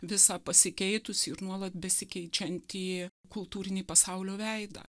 visą pasikeitusį ir nuolat besikeičiantį kultūrinį pasaulio veidą